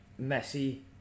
Messi